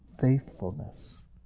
faithfulness